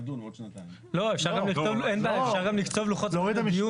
לא, אפשר גם לקצוב לוחות זמנים.